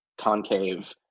concave